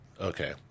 Okay